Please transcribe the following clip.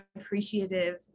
appreciative